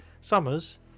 Summers